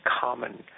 common